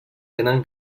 tenen